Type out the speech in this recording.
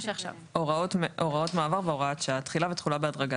הוראות מעבר והוראת שעה תחילה ותחולה בהדרגה